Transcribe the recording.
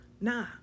Nah